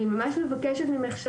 אני ממש מבקשת ממך,